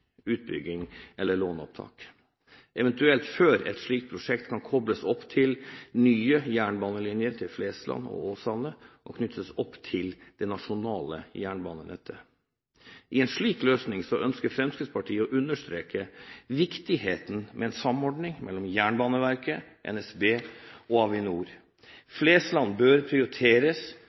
utbygging, eller låneopptak, før et slikt prosjekt eventuelt kan kobles opp til nye jernbanelinjer til Flesland og Åsane og knyttes opp til det nasjonale jernbanenettet. I en slik løsning ønsker Fremskrittspartiet å understreke viktigheten av en samordning mellom Jernbaneverket, NSB og Avinor. Flesland bør prioriteres